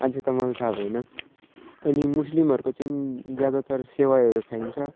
अझै त मलाई थाहा भएन अनि मुस्लिमहरूको चाहिँ ज्यादा तर सेवाइहरू खाइन्छ